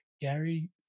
Gary